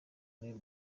n’uyu